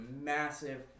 massive